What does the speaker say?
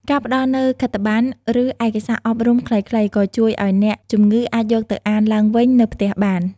ការផ្តល់នូវខិត្តប័ណ្ណ ឬឯកសារអប់រំខ្លីៗក៏ជួយឱ្យអ្នកជំងឺអាចយកទៅអានឡើងវិញនៅផ្ទះបាន។